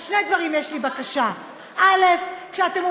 אז יש לי שתי בקשות: א.